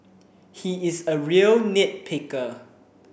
he is a real nit picker